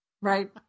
right